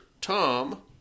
Tom